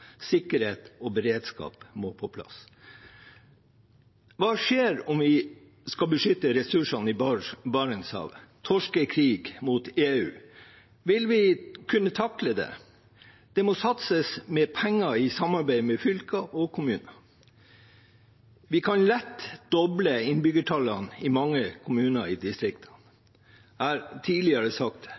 Sikkerhet og beredskap må på plass. Hva skjer om vi skal beskytte ressursene i Barentshavet – torskekrig mot EU? Vil vi kunne takle det. Det må satses penger i samarbeid med fylker og kommuner. Vi kan lett doble innbyggertallene i mange kommuner i distriktene. Jeg har tidligere sagt